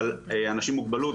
אבל אנשים עם מוגבלות,